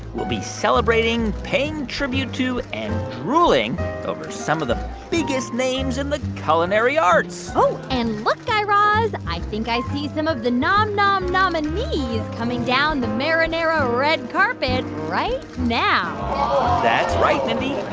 we'll be celebrating, paying tribute to and drooling over some of the biggest names in the culinary arts oh, and look, guy raz. i think i see some of the nom nom nominees coming down the marinara red carpet right now that's right, mindy.